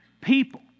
people